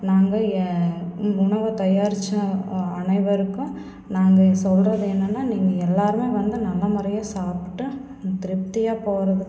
நாங்கள் எ உ உணவு தயாரித்து அனைவருக்கும் நாங்கள் சொல்கிறது என்னன்னால் நீங்கள் எல்லோருமே வந்து நல்ல முறையாக சாப்பிட்டு திருப்தியாக போகிறதுக்கு